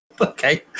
Okay